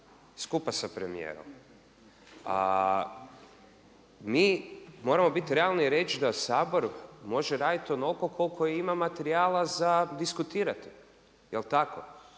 skupa sa premijerom, a mi moramo biti realni i reći da Sabor može raditi onoliko koliko ima materijala za diskutirati, jel tako.